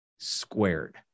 Squared